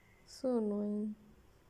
so annoying